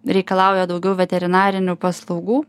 reikalauja daugiau veterinarinių paslaugų